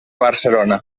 barcelona